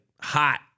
hot